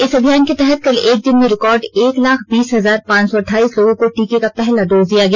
इस अभियान के तहत कल एक दिन में रिकॉर्ड एक लाख बीस हजार पांच सौ अट्ठाईस लोगों को टीके का पहला डोज दिया गया